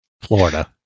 Florida